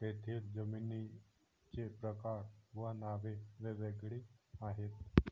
तेथील जमिनींचे प्रकार व नावे वेगवेगळी आहेत